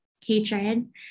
hatred